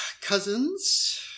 cousins